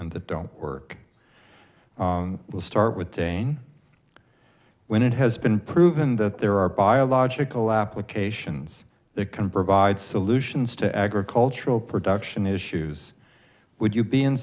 and that don't work will start with jane when it has been proven that there are biological applications that can provide solutions to agricultural production issues would you be in